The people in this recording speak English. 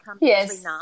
Yes